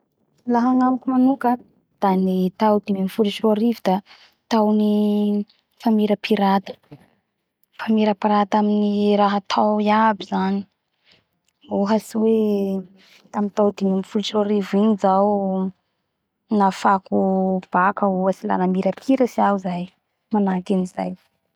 La agnamiko manoka ny tao dimy amby folo sy roy arivo da taony famirapirata famirapirata amy raha atao iaby zany ohatsy hoe tamy tao dimy amby folo sy roa arivo igny zao nafako BACC zao ohaty la namirapiratsy izaho zay manahaky anizay